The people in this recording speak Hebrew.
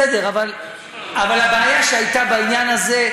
בסדר, אבל הבעיה שהייתה בעניין הזה,